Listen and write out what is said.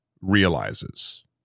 realizes